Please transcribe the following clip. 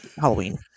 halloween